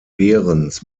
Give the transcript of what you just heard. behrens